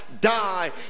die